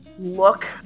Look